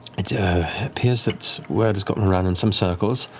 it appears that word has gotten around in some circles,